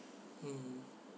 mm